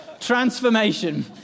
Transformation